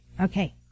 Okay